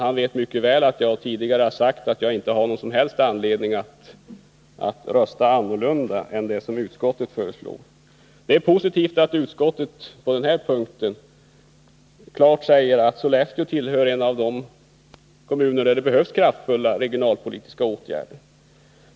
Han vet mycket väl att jag tidigare har sagt att jag inte har någon som helst anledning att rösta på annat sätt än vad utskottet föreslår. Det är positivt att utskottet på den här punkten klart säger att Sollefteå tillhör de kommuner där det behövs kraftfulla regionalpolitiska åtgärder.